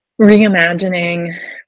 reimagining